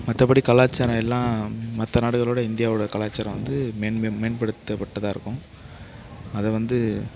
மற்றபடி கலாச்சாரம் எல்லாம் மற்ற நாடுகளை விட இந்தியாவோடய கலாச்சாரம் வந்து மேன்படுத்தப்பட்டதாக இருக்கும் அதை வந்து